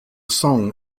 song